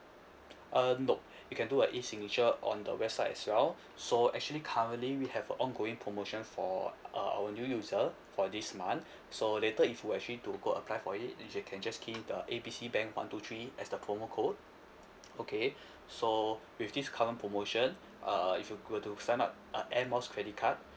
uh nope you can do a E signature on the website as well so actually currently we have a ongoing promotion for uh our new user for this month so later if you were actually to go apply for it you can just key in the A B C bank one two three as the promo code okay so with this current promotion uh if you were to sign up a air miles credit card